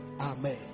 Amen